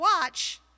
watch